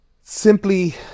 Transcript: Simply